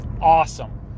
awesome